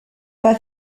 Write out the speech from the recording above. pas